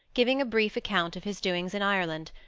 giving a brief account of his doings in ireland,